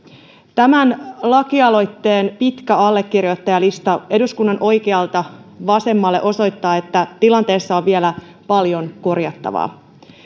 tämän lakialoitteen pitkä allekirjoittajalista eduskunnan oikealta vasemmalle osoittaa että tilanteessa on vielä paljon korjattavaa